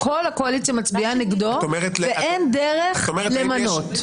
הקואליציה מצביעה נגד וכבר אין דרך למנות.